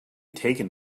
taken